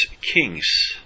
kings